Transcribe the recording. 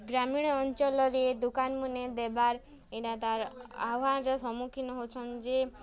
ଗ୍ରାମୀଣ ଅଞ୍ଚଲରେ ଦୋକାନ୍ମାନେ ଦେବାର୍ ଇଟା ତାର୍ ଆହ୍ୱାନ୍ର ସମ୍ମୁଖୀନ ହଉଚନ୍ ଯେ